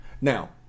Now